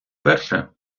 вперше